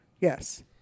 Yes